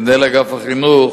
את מנהל אגף החינוך,